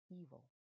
evil